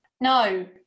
No